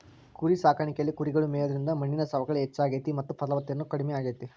ಕುರಿಸಾಕಾಣಿಕೆಯಲ್ಲಿ ಕುರಿಗಳು ಮೇಯೋದ್ರಿಂದ ಮಣ್ಣಿನ ಸವಕಳಿ ಹೆಚ್ಚಾಗ್ತೇತಿ ಮತ್ತ ಫಲವತ್ತತೆನು ಕಡಿಮೆ ಆಗ್ತೇತಿ